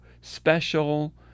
special